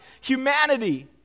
Humanity